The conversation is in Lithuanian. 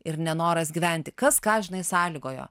ir nenoras gyventi kas ką žinai sąlygojo